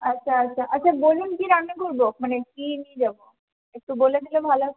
আচ্ছা আচ্ছা আচ্ছা বলুন কি রান্না করবো মানে কি নিয়ে যাবো একটু বলে দিলে ভালো হয়